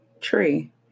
tree